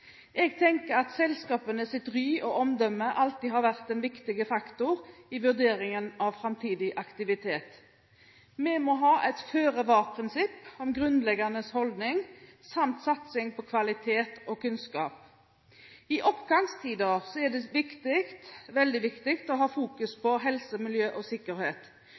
ry og omdømme har alltid vært en viktig faktor i vurderingen av framtidig aktivitet. Vi må ha et føre-var-prisipp som grunnleggende holdning – samt satsing på kvalitet og kunnskap. I oppgangstider er det veldig viktig å ha fokus på helse, miljø og sikkerhet.